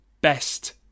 Best